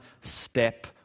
step